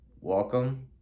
Welcome